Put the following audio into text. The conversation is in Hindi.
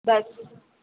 बस